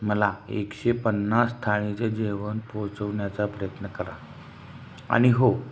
मला एकशे पन्नास थाळीचे जेवण पोचवण्याचा प्रयत्न करा आणि हो